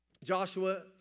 Joshua